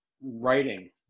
writing